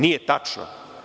Nije tačno.